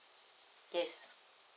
yes